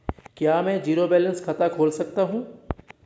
क्या मैं zero balance खाता खोल सकता हूँ?